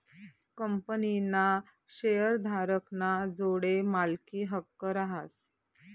कंपनीना शेअरधारक ना जोडे मालकी हक्क रहास